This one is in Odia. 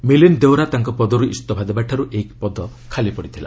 ମିଲିନ୍ ଦେଓରା ତାଙ୍କ ପଦରୁ ଇସ୍ତଫା ଦେବାଠାରୁ ଏହି ପଦ ଖାଲି ପଡ଼ିଥିଲା